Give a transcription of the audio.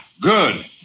Good